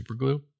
superglue